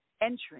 entrance